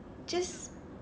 just